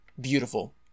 beautiful